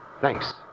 Thanks